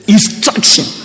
Instruction